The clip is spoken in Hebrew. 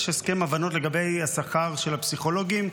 יש הסכם הבנות לגבי השכר של הפסיכולוגים,